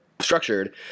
structured